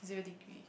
zero degree